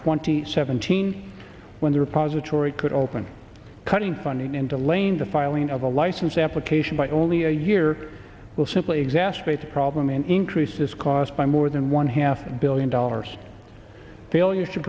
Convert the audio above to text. twenty seventeen when the repository could open cutting funding in delaying the filing of a license application by only a year will simply exacerbate the problem and increase this cost by more than one half a billion dollars failure to